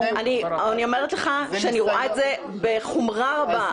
אני אומרת לך שאני רואה את זה בחומרה רבה,